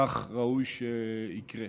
כך ראוי שיקרה.